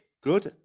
Good